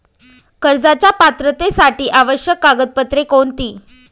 कर्जाच्या पात्रतेसाठी आवश्यक कागदपत्रे कोणती?